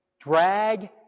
drag